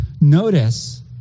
Notice